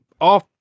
off